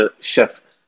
shift